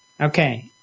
Okay